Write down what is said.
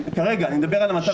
אני מדבר על המצב כרגע.